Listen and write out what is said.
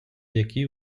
який